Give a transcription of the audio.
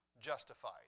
justified